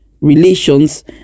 relations